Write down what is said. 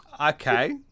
Okay